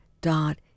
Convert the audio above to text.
dot